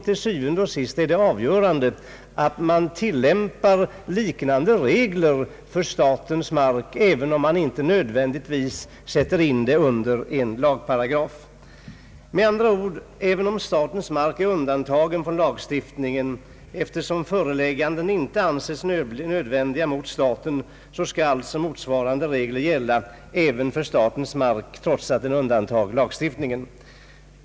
Det är det som til syvende og sidst är det avgörande, således att man tillämpar liknande regler för statens mark även om man inte nödvändigtvis skriver in i det i en lagparagraf. Med andra ord skall motsvarande regler gälla för statens mark, även om den är undantagen från lagstiftningen, eftersom förelägganden inte anses nödvändiga mot staten.